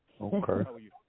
Okay